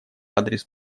адрес